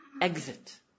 exit